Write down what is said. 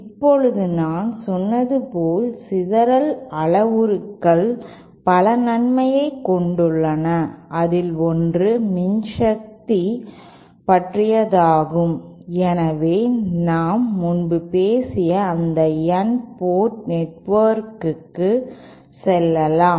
இப்போது நான் சொன்னது போல் சிதறல் அளவுருக்கள் பல நன்மைகளைக் கொண்டுள்ளன அதில் ஒன்று மின்சக்தி பற்றியதாகும் எனவே நாம் முன்பு பேசிய அந்த N போர்ட் நெட்வொர்க்கிற்கு செல்லலாம்